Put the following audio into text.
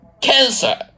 cancer